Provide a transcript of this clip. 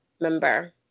member